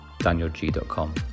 danielg.com